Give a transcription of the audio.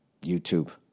YouTube